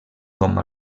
com